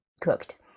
cooked